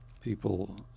people